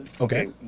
okay